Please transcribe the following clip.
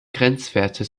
grenzwerte